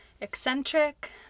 eccentric